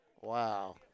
Wow